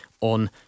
on